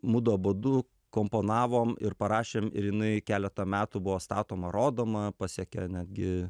mudu abudu komponavom ir parašėm ir jinai keletą metų buvo statoma rodoma pasiekė netgi